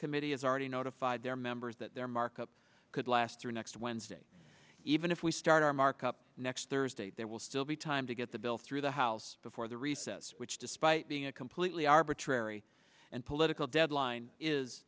committee has already notified their members that their markup could last through next wednesday even if we start our markup next thursday there will still be time to get the bill through the house before the recess which despite being a completely arbitrary and political deadline is